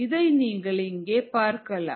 இதை நீங்கள் இங்கே பார்க்கலாம்